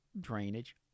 drainage